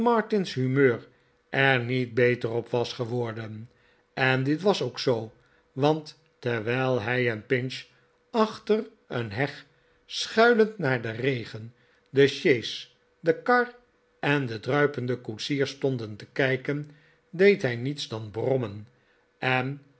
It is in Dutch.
humeurer niet beter op was geworden en dit was ook zoo want terwijl hij en pinch achter een heg schuilend naar den regen de sjees de kar en den druipenden koetsier stonden te kijken deed hij niets dan brommen en